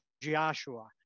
Joshua